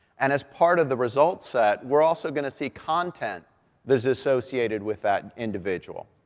and as part of the result set, we're also going to see content that is associated with that individual.